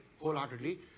wholeheartedly